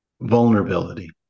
Vulnerability